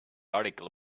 article